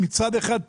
מצד אחד,